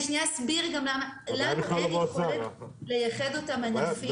שנייה אסביר למה לנו אין יכולת לייחד מהענפים